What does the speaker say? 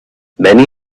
many